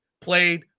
played